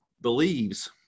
believes